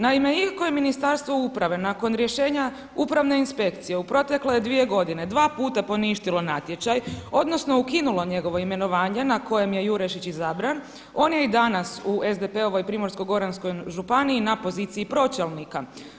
Naime, iako je Ministarstvo uprave nakon rješenja Upravne inspekcije u protekle dvije godine dva puta poništilo natječaj odnosno ukinulo njegovo imenovanje na kojem je Jurešić izabran, on je i danas u SDP-ovoj Primorsko-goranskoj županiji na poziciji pročelnika.